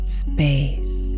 space